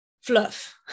fluff